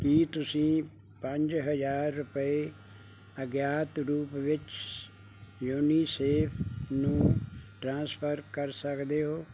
ਕੀ ਤੁਸੀਂਂ ਪੰਜ ਹਜ਼ਾਰ ਰੁਪਏ ਅਗਿਆਤ ਰੂਪ ਵਿੱਚ ਯੂਨੀਸੇਫ ਨੂੰ ਟ੍ਰਾਂਸਫਰ ਕਰ ਸਕਦੇ ਹੋ